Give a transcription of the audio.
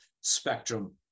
spectrum